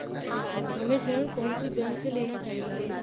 हमें ऋण कौन सी बैंक से लेना चाहिए?